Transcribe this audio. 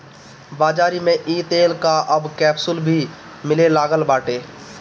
बाज़ारी में इ तेल कअ अब कैप्सूल भी मिले लागल बाटे